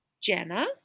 Jenna